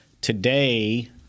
Today